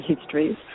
Histories